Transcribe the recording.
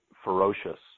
ferocious